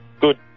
Good